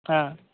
হ্যাঁ